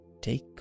Take